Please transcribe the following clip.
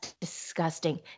disgusting